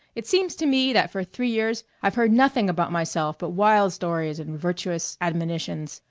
it seems to me that for three years i've heard nothing about myself but wild stories and virtuous admonitions.